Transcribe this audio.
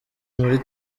muri